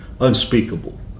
unspeakable